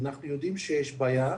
אנחנו יודעים שיש בעיה,